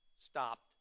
stopped